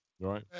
Right